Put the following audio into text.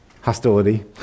hostility